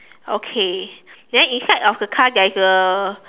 okay then inside of the car there is a